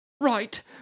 Right